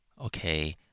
okay